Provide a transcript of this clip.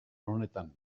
honetan